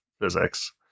physics